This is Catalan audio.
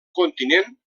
continent